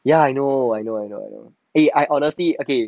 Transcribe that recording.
ya I know I know I know I know eh I honestly